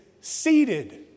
seated